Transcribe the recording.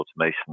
automation